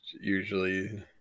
usually